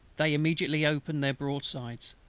they immediately opened their broadsides,